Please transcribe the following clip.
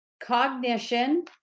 cognition